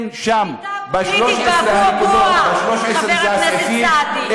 שביתה פוליטית באבו-אבוה, חבר הכנסת סעדי.